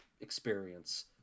experience